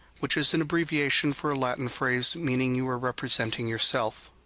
which is an abbreviation for a latin phrase meaning you are representing yourself.